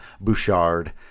Bouchard